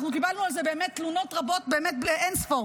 אנחנו קיבלנו על זה באמת תלונות רבות עד אין ספור.